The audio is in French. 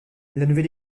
nouvelle